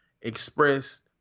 expressed